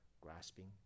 grasping